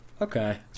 Okay